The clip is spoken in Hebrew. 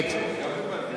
יחיאל